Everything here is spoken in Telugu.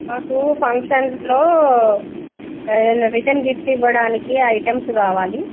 మాకు ఫంక్షన్లో ఏదైనా రిటర్న్ గిఫ్ట్ ఇవ్వడానికి ఐటమ్స్ కావాలి